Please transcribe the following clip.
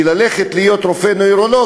כי ללכת להיות רופא נוירולוג,